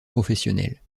professionnels